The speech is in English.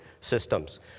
systems